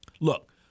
Look